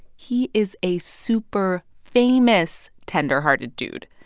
he is a super famous tenderhearted dude.